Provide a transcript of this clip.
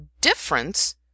difference